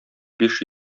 биш